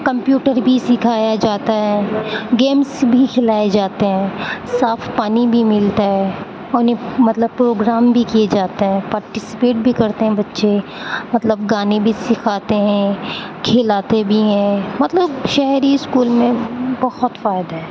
computer بھی سکھایا جاتا ہے گیمس بھی کھلائے جاتے ہیں صاف پانی بھی ملتا ہے یعنی مطلب پروگرام بھی کیے جاتے ہیں پارٹیسپیٹ بھی کرتے ہیں بچے مطلب گانے بھی سکھاتے ہیں کھلاتے بھی ہیں مطلب شہری اسکول میں بہت فائدہ ہے